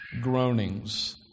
groanings